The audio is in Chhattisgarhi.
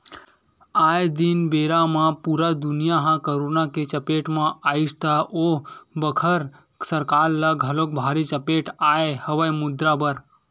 आये दिन बेरा म पुरा दुनिया ह करोना के चपेट म आइस त ओ बखत सरकार ल घलोक भारी चपेट आय हवय मुद्रा बर